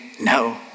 no